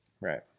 right